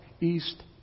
east